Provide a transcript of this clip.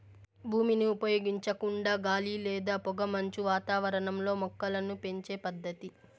భూమిని ఉపయోగించకుండా గాలి లేదా పొగమంచు వాతావరణంలో మొక్కలను పెంచే పద్దతి